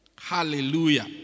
Hallelujah